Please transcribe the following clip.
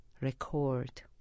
record